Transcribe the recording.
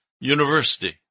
University